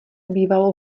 bývalo